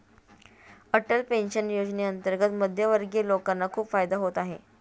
Atal pension योजनेअंतर्गत मध्यमवर्गीय लोकांना खूप फायदा होत आहे